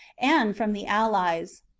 and from the allies.